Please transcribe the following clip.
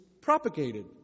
propagated